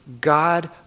God